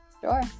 Sure